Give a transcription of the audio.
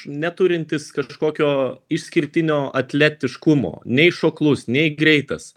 neturintis kažkokio išskirtinio atletiškumo nei šoklus nei greitas